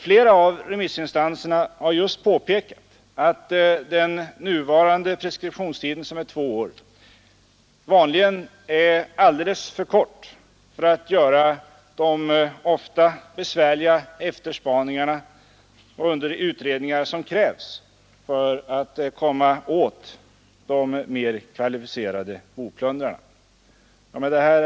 Flera av remissinstanserna har just påpekat att den nuvarande preskriptionstiden, som är två år, vanligen är alldeles för kort för att göra de ofta besvärliga efterspaningar och utredningar som krävs för att komma åt de mer kvalificerade boplundrarna. Herr talman!